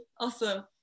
Awesome